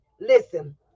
Listen